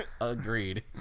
Agreed